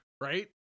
right